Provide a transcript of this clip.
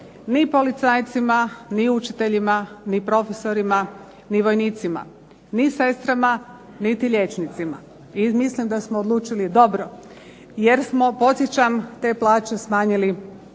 ni policajcima, ni učiteljima, ni profesorima, ni vojnicima, ni sestrama, niti liječnicima, i mislim da smo odlučili dobro, jer smo podsjećam te plaće smanjili